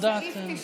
היה